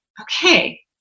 okay